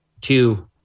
two